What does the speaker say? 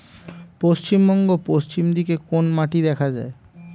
পশ্চিমবঙ্গ পশ্চিম দিকে কোন মাটি দেখা যায়?